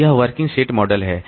तो यह working set model है